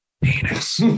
Penis